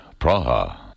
Praha